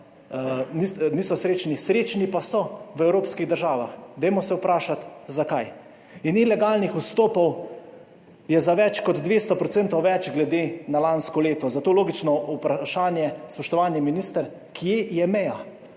niso srečni, srečni pa so v evropskih državah. Dajmo se vprašati zakaj? In ilegalnih vstopov je za več kot 200 % več glede na lansko leto, zato logično vprašanje, spoštovani minister. Kje je meja?